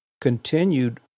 continued